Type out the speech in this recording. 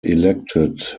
elected